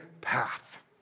path